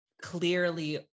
clearly